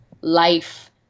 life